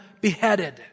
beheaded